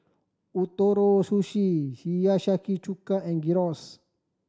Ootoro Sushi Hiyashi Chuka and Gyros